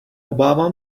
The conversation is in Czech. obávám